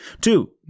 Two